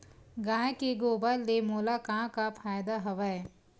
गाय के गोबर ले मोला का का फ़ायदा हवय?